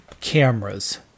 cameras